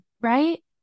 right